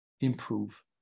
improve